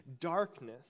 darkness